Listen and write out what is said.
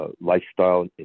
Lifestyle